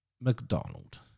McDonald